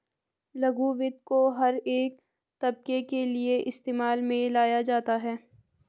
लघु वित्त को हर एक तबके के लिये इस्तेमाल में लाया जाता है